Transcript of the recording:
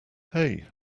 hey